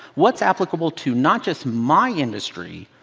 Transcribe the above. what's applicable to not just my industry,